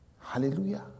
Hallelujah